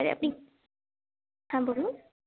আরে আপনি হ্যাঁ বলুন